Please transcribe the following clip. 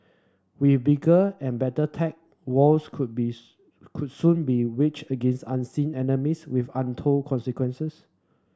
with bigger and better tech wars could be could soon be waged against unseen enemies with untold consequences